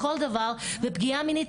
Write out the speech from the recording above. לכל דבר ופגיעה מינית,